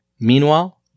Meanwhile